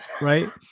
right